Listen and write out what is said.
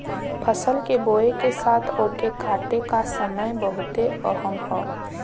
फसल के बोए के साथ ओके काटे का समय बहुते अहम होला